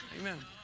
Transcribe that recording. Amen